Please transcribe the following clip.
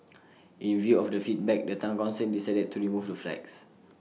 in view of the feedback the Town Council decided to remove the flags